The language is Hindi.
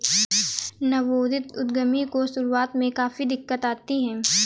नवोदित उद्यमी को शुरुआत में काफी दिक्कत आती है